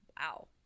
wow